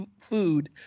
food